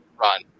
run